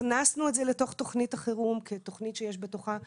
הכנסנו את זה לתוך תוכנית החירום כתוכנית שיש בתוכה תמריצים.